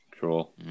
cool